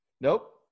Nope